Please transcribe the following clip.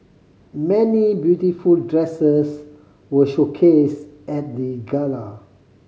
many beautiful dresses were showcased at the gala